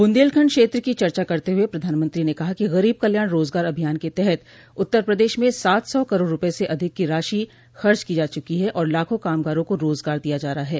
बुंदेलखंड क्षेत्र की चर्चा करते हुए प्रधानमंत्री ने कहा कि गरीब कल्याण रोजगार अभियान के तहत उत्तर प्रदेश में सात सौ करोड़ रूपये से अधिक की राशि खर्च की जा च्रकी है और लाखों कामगारों को रोजगार दिया जा रहा है